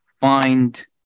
find